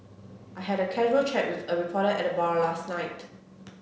I had a casual chat with a reporter at the bar last night